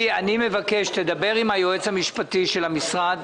אני מבקש שתדבר עם היועץ המשפטי של המשרד.